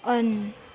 on